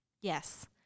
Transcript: yes